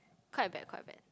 quite bad quite bad